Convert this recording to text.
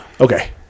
okay